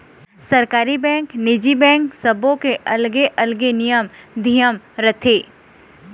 सरकारी बेंक, निजी बेंक सबो के अलगे अलगे नियम धियम रथे